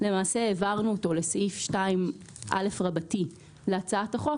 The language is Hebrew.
למעשה העברנו אותו לסעיף 2א להצעת החוק,